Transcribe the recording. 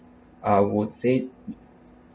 I would say